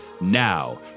Now